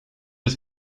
het